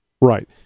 Right